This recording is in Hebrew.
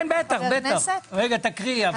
מתקין תקנות